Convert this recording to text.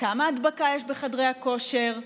כמה הדבקה יש בחדרי הכושר?